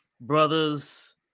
brothers